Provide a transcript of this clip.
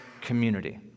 community